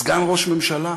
סגן ראש ממשלה,